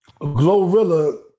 Glorilla